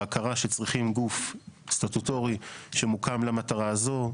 ההכרה שצריכים גוף סטטוטורי שמוקם למטרה הזו.